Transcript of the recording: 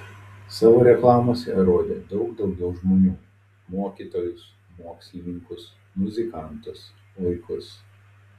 savo reklamose rodė daug daugiau žmonių mokytojus mokslininkus muzikantus vaikus